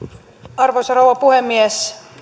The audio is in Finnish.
arvoisa rouva puhemies